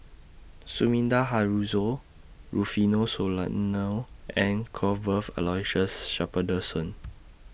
Sumida Haruzo Rufino Soliano and Cuthbert Aloysius Shepherdson